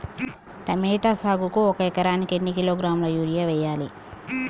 Tomato సాగుకు ఒక ఎకరానికి ఎన్ని కిలోగ్రాముల యూరియా వెయ్యాలి?